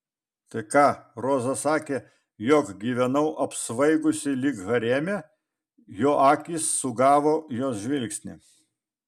tai ką roza sakė jog gyvenau apsvaigusi lyg hareme jo akys sugavo jos žvilgsnį